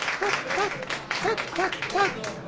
tut, tut, tut, tut, tut!